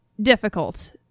difficult